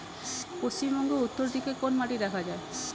পশ্চিমবঙ্গ উত্তর দিকে কোন মাটি দেখা যায়?